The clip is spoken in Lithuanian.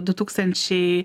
du tūkstančiai